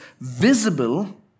visible